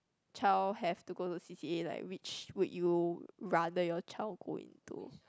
child have to go to C_C_A like which would you rather your child go into